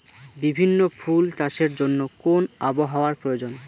বিভিন্ন ফুল চাষের জন্য কোন আবহাওয়ার প্রয়োজন?